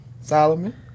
Solomon